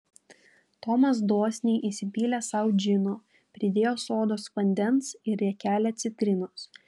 tomas dosniai įsipylė sau džino pridėjo sodos vandens ir riekelę citrinos